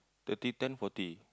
thirty turn forty